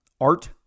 Art